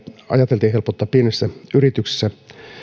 ajateltiin helpottaa pienissä yrityksissä se